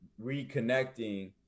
reconnecting